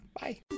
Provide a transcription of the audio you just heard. Bye